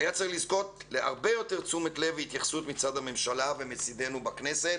היה צריך לזכות להרבה יותר תשומת לב והתייחסות מצד הממשלה ומצדנו בכנסת.